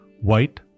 white